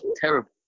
Terrible